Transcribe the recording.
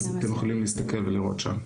אז אתם יכולים להסתכל ולראות שם.